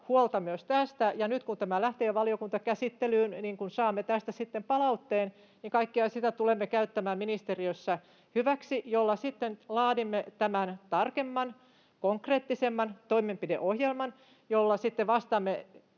huolta myös tästä. Nyt kun tämä lähtee valiokuntakäsittelyyn, niin kun saamme tästä sitten palautteen, kaikkea sitä tulemme käyttämään ministeriössä hyväksi, kun sitten laadimme tämän tarkemman, konkreettisemman toimenpideohjelman, jolla vastaamme